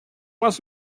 was